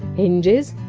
hinges?